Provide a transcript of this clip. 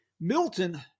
Milton